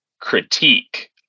critique